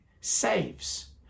saves